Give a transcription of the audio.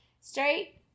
Straight